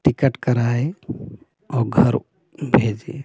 ticket कराए और घर भेजे